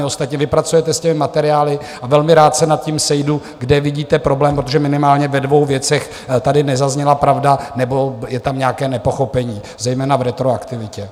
Ostatně vy pracujete s těmi materiály a velmi rád se sejdu, kde vidíte problém, protože minimálně ve dvou věcech tady nezazněla pravda, nebo je tam nějaké nepochopení, zejména v retroaktivitě.